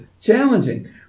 challenging